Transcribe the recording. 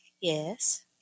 Yes